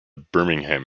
birmingham